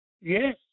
Yes